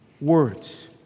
words